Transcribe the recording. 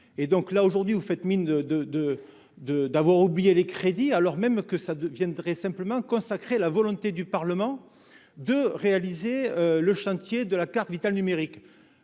et donc là aujourd'hui vous faites mine de, de, de, de, d'avoir oublié les crédits alors même que ça deviendrait très simplement consacrer la volonté du Parlement de réaliser le chantier de la carte vitale numérique